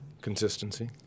Consistency